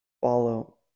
follow